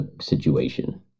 situation